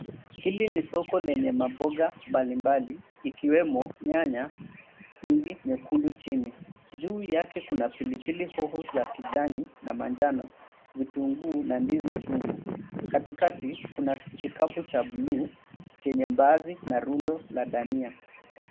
Hili ni soko lenye maboga mbalimbali ikiwemo nyingi nyekundu chini. Juu yake kuna pilipili hoho za kijani na manjano, vitunguu na ndizi chungu. Katikati kuna kikapu cha buluu chenye mbaazi na rundo la dania.